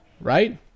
Right